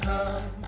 Come